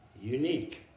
unique